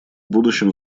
будущем